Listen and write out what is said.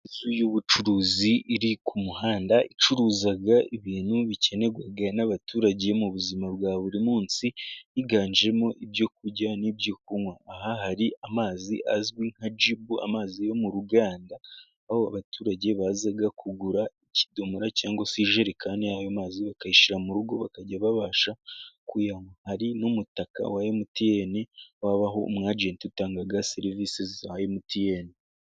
Inzu y'ubucuruzi iri ku muhanda icuruza ibintu bikenerwa n'abaturage mu buzima bwa buri munsi, higanjemo ibyo kurya n'ibyokunywa, aha hari amazi azwi nka jibu amazi yo mu ruganda, aho abaturage baza kugura ikidomoro cyangwa se ijerikani y'amazi, bakayishyira mu rugo bakajya babasha kuyanwa. Hari n'umutaka wa emutiyene ubaho umwagenti utanga serivisi za emutiyeni.